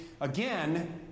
Again